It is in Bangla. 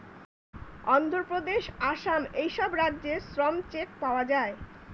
অন্ধ্রপ্রদেশ, আসাম এই সব রাজ্যে শ্রম চেক পাওয়া যায়